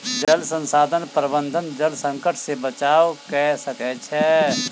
जल संसाधन प्रबंधन जल संकट से बचाव कअ सकै छै